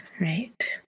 right